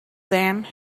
then